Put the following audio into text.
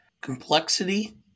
complexity